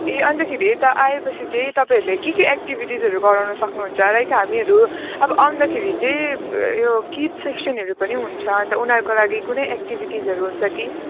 ए अन्तखेरि यता आएपछि चाहिँ तपाईँहरूले के के एक्टिभिटिसहरू गराउनु सक्नुहुन्छ लाइक हामीहरू अब आउँदाखेरि चाहिँ यो किड सेक्सनहरू पनि हुन्छ अन्त उनीहरूको लागि कुनै एक्टिभिटिसहरू हुन्छ कि